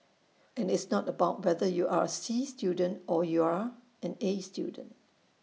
and it's not about whether you are A C student or you're an A student